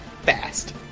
fast